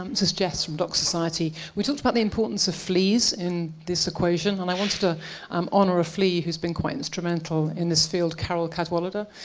um this is jess from doc society. we talked about the importance of flees in this equation and i wanted to um honor a flee who's been quite instrumental in this field, carole cadwalader,